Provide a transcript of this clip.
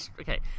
Okay